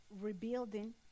rebuilding